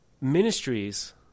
ministries